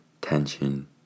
tension